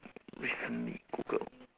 recently googled